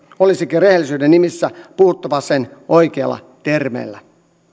olisikin rehellisyyden nimissä puhuttava sen oikeilla termeillä